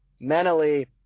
mentally